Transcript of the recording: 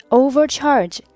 overcharge